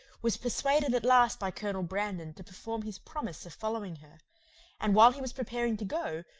was persuaded at last by colonel brandon to perform his promise of following her and while he was preparing to go,